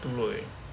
too low already